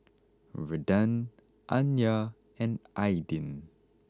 Redden Anya and Aydin